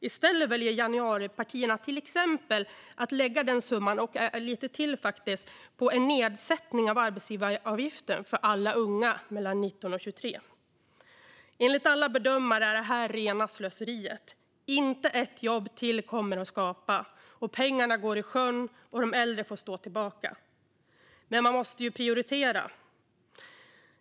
I stället väljer januaripartierna till exempel att lägga den summan, och faktiskt lite till, på en nedsättning av arbetsgivaravgiften för alla unga mellan 19 och 23. Enligt alla bedömare är detta rena slöseriet. Inte ett jobb till kommer det att skapa, pengarna går i sjön och de äldre får stå tillbaka. Men man måste ju prioritera.